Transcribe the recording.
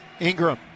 ingram